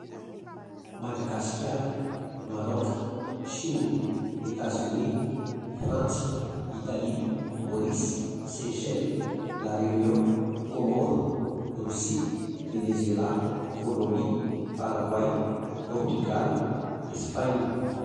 Madagasikara, Maraoka, Shina, Etazonia, Frantsa, Italia, Maorisy, Seychelles, La Réunion, Comore, Rosia, Venezoelà, Kôlômbia, Paragoay, Portugal, Espaina